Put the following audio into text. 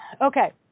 Okay